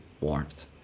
warmth